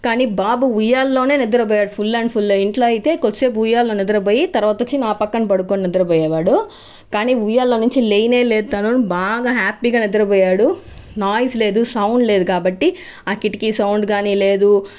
కానీ బాబు ఉయ్యాల్లోనే నిద్రపోయాడు ఫుల్ ఇంట్లో అయితే కొద్దిసేపు ఉయ్యాలలో నిద్రపోయి తర్వాత వచ్చి నా పక్కన పడుకొని నిద్రపోయేవాడు కానీ ఉయ్యాల నుంచి లేయనే లేదు తను బాగా హ్యాపీ గా నిద్ర పోయాడు నాయిస్ లేదు సౌండ్ లేదు కాబట్టి ఆ కిటికీ సౌండ్ కానీ లేదు